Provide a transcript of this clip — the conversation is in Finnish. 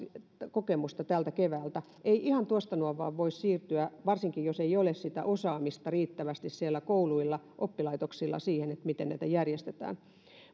kokemusta tältä keväältä ei ihan tuosta noin vain voi siirtyä varsinkaan jos ei ole sitä osaamista riittävästi siellä kouluilla oppilaitoksilla siihen miten näitä järjestetään